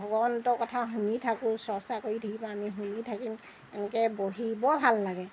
ভগৱন্তৰ কথা শুনি থাকোঁ চৰ্চা কৰি থাকিব আমি শুনি থাকিম এনেকৈ বহি বৰ ভাল লাগে